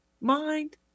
mind